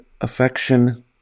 affection